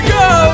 go